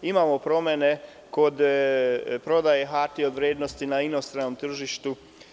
Imamo promene kod prodaje hartija od vrednosti na inostranom tržištu.